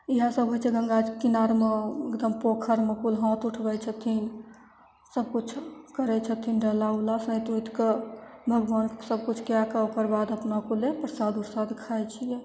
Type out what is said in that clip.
इएह सब होइ छै गंगा जीके किनारमे एकदम पोखरमे कुल हाथ उठबय छथिन सब किछु करय छथिन डाला उला सैंत उतिके भगवान सब किछु कएके ओकर बाद अपना कुले प्रसाद उरसाद खाइ छियै